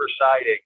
siding